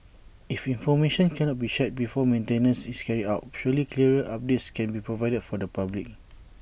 if information cannot be shared before maintenance is carried out surely clearer updates can be provided for the public